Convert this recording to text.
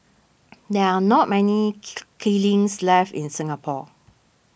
there are not many kilns left in Singapore